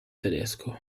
tedesco